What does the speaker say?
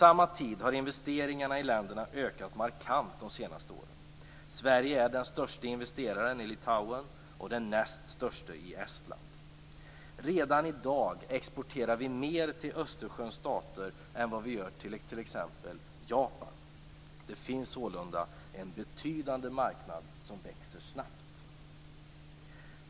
De svenska investeringarna i länderna har också ökat markant de senaste åren. Sverige är den största investeraren i Litauen och den näst största i Estland. Redan i dag exporterar vi mer till Östersjöns stater än till exempelvis Japan. Det finns sålunda en betydande marknad som växer snabbt.